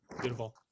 beautiful